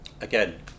again